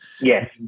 Yes